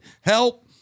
help